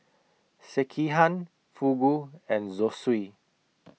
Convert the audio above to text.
Sekihan Fugu and Zosui